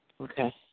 Okay